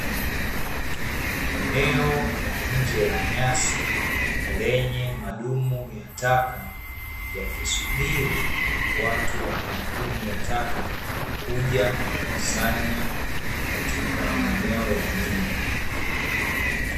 Eneo la nje la nyasi lenye madumu ya taka, yakisuburi watu wa kampuni ya taka, kuja kukusanya katika maeneo ya mjini.